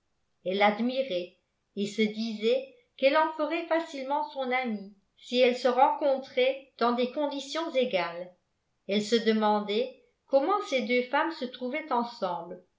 elle l'admirait et se disait qu'elle en ferait facilement son amie si elles se rencontraient dans des conditions égales elle se demandait comment ces deux femmes se trouvaient ensemble